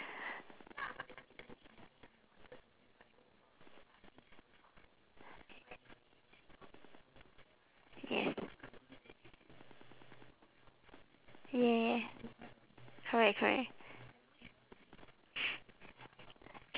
yes ya correct correct